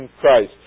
Christ